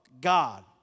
God